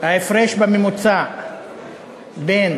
ההפרש הממוצע בין